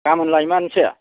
गामोन लायमारसै